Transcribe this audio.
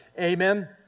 Amen